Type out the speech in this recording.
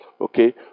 Okay